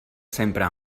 sempre